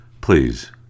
please